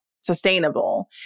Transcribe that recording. sustainable